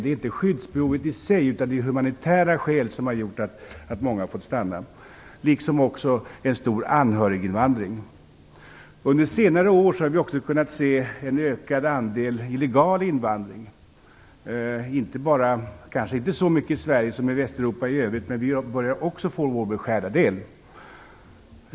Det är inte skyddsbehovet i sig utan humanitära skäl liksom också en stor anhöriginvandring som har gjort att många har fått stanna. Under senare år har vi också kunnat se en ökad andel illegal invandring, kanske inte så mycket i Sverige som i Västeuropa i övrigt, men vi börjar också att få vår beskärda del.